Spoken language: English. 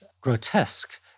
grotesque